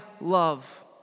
love